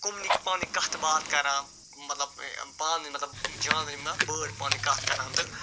کۄمنی پانہٕ وٲنۍ کَتھ باتھ کَران مطلب پانہٕ وٲنۍ مطلب جانور یِم نا بٲرڈ پانہٕ وٲنۍ کَتھ کَران تہٕ